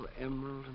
emerald